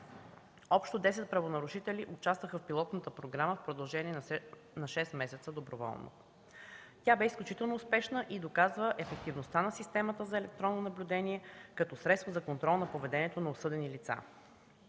Общо десет правонарушители участваха в пилотната програма в продължение на шест месеца доброволно. Тя бе изключително успешна и доказва ефективността на системата за електронно наблюдение като средство за контрол на поведението на осъдени лица.